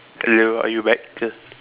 hello are you back just